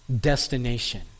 destination